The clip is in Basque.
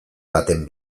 baten